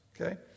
Okay